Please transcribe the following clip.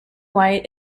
white